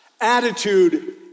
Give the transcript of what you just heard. attitude